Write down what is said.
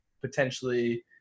potentially